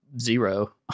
zero